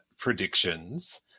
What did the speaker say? Predictions